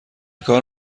کار